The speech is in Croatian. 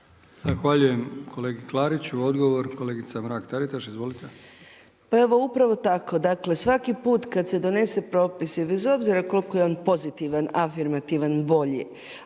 kolegi Klariću. Odgovor kolegica Mrak-Taritaš. Izvolite. **Mrak-Taritaš, Anka (GLAS)** Pa evo upravo tako, dakle svaki put kada se donose propisi bez obzira koliko je on pozitivan, afirmativan, bolji,